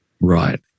right